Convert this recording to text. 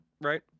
right